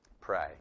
pray